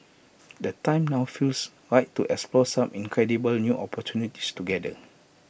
the time now feels right to explore some incredible new opportunities together